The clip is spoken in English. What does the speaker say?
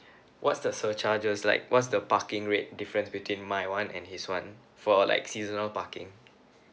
what's the surcharges like what's the parking rate difference between my one and his one for like seasonal parking